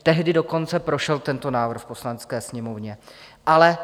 Tehdy dokonce prošel tento návrh v Poslanecké sněmovně, ale